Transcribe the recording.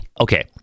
Okay